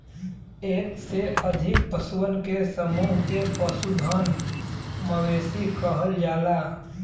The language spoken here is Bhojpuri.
एक से अधिक पशुअन के समूह के पशुधन, मवेशी कहल जाला